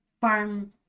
farm